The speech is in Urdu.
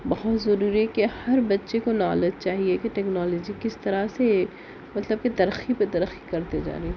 بہت ضروری ہے کہ ہر بچے کو نالج چاہئے کہ ٹیکنالوجی کس طرح سے مطلب کہ ترقی پہ ترقی کرتے جا رہی ہے